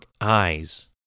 eyes